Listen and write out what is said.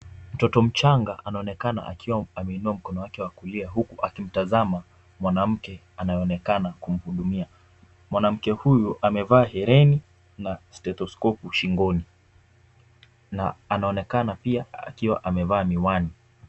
Mtoto mchanga anaonekana akiwa ameinua mkono wake wa kulia huku akimtazama mwanamke anayeonekana kumhudumia. Mwanamke huyu amevaa herini na stetoskopu shingoni na anaonekana pia akiwa amevaa miwani.